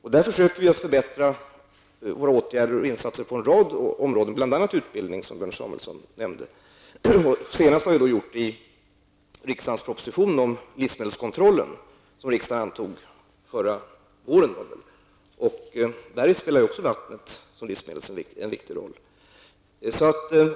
Vi försöker därför förbättra våra åtgärder på en rad områden, bl.a. i fråga om utbildningen, som Björn Samuelson nämnde. Detta har vi gjort senast i regeringens proposition om livsmedelskontrollen, som riksdagen antog förra året. I den spelar också vattnet såsom ett livsmedel en viktig roll.